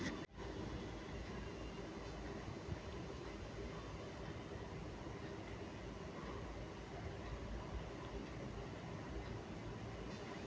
अदला बदली के माध्यम से समुच्चा व्यापारिक गतिविधि मे विकास क प्रोत्साहित करै छै